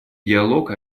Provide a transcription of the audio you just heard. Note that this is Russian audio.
диалог